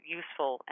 useful